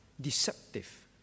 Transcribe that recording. deceptive